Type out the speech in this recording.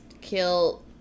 kill